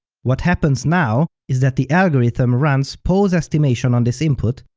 what happens now is that the algorithm runs pose estimation on this input,